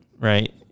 right